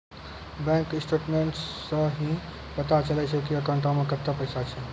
bank statements सं ही पता चलै छै की अकाउंटो मे कतै पैसा छै